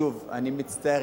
שוב, אני מצטער.